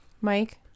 mike